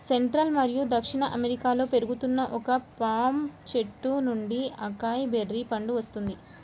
central మరియు దక్షిణ అమెరికాలో పెరుగుతున్న ఒక పామ్ చెట్టు నుండి అకాయ్ బెర్రీ పండు వస్తుంది